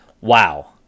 Wow